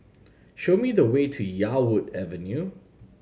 show me the way to Yarwood Avenue